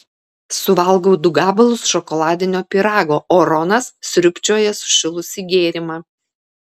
suvalgau du gabalus šokoladinio pyrago o ronas sriubčioja sušilusį gėrimą